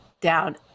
down